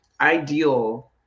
ideal